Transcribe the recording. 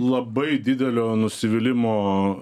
labai didelio nusivylimo